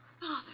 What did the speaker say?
Father